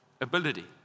ability